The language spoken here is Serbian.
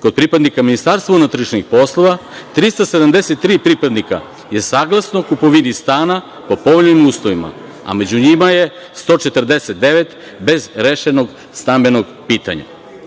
Kod pripadnika Ministarstva unutrašnjih poslova 373 pripadnika je saglasno o kupovini stana po povoljnim uslovima, a među njima je 149 bez rešenog stambenog pitanja. Grad